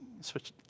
switch